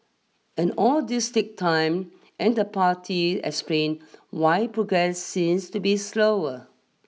and all this take time and the party explain why progress seems to be slower